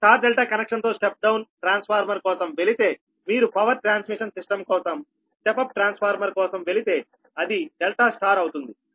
మీరు star delta కనెక్షన్తో step down transformer కోసం వెళితేమీరు పవర్ ట్రాన్స్మిషన్ సిస్టమ్ కోసం స్టెప్ అప్ ట్రాన్స్ఫార్మర్ కోసం వెళితే అది డెల్టా స్టార్ అవుతుంది